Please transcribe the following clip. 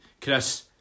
Chris